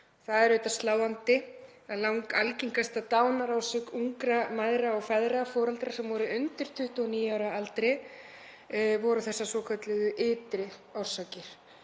Það er auðvitað sláandi að langalgengasta dánarorsök ungra mæðra og feðra, foreldra sem voru undir 29 ára aldri, voru þessar svokölluðu ytri orsakir.